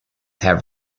have